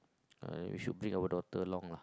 I should bring our daughter along lah